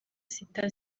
sita